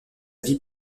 vie